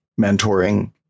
mentoring